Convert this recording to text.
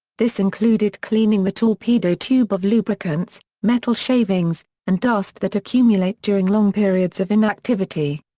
this included cleaning the torpedo tube of lubricants, metal shavings, and dust that accumulate during long periods of inactivity.